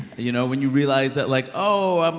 you know, when you realize that like, oh um